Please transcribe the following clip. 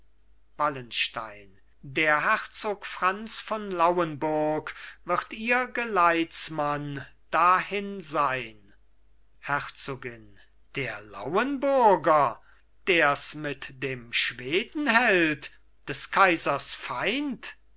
wallenstein der herzog franz von lauenburg wird ihr geleitsmann dahin sein herzogin der lauenburger ders mit dem schweden hält des kaisers feind